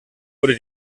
wurde